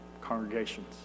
congregations